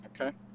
okay